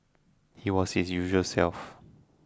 he was his usual self